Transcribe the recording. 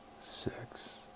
six